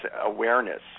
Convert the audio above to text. awareness